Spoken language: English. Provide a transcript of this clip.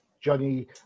Johnny